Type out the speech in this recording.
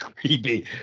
creepy